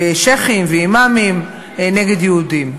ושיח'ים ואימאמים נגד יהודים.